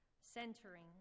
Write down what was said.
centering